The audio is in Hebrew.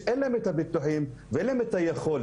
שאין להן את הביטוחים ואין להן את היכולת.